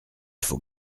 faut